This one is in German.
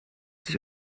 sich